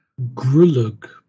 Grulug